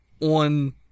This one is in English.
on